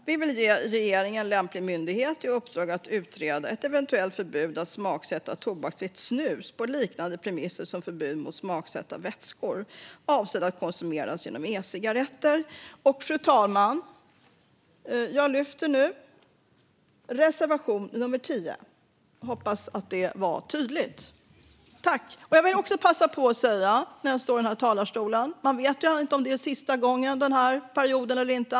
Vi vill att regeringen ger lämplig myndighet i uppdrag att utreda ett eventuellt förbud mot smaksatt tobaksfritt snus på liknande premisser som förbudet mot smaksatta vätskor avsedda att konsumeras genom e-cigaretter. Fru talman! Jag yrkar bifall till reservation nummer 10 och hoppas att det är tydligt. Jag vill också passa på att tacka när jag står i den här talarstolen. Man vet ju inte om det är sista gången den här perioden eller inte.